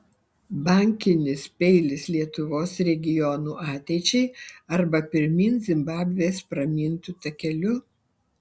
bankinis peilis lietuvos regionų ateičiai arba pirmyn zimbabvės pramintu takeliu